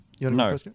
No